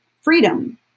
freedom